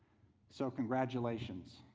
so congratulations,